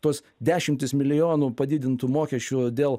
tuos dešimtis milijonų padidintų mokesčių dėl